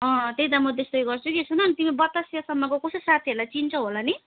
अँ त्यही त म त्यस्तै गर्छु कि सुन न तिमी बतासियासम्मको कसै साथीहरूलाई चिन्छौ होला नि